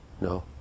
No